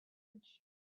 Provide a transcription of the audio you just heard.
edge